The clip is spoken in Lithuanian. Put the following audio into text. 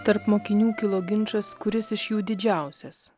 tarp mokinių kilo ginčas kuris iš jų didžiausias